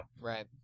Right